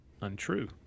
untrue